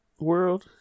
world